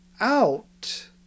out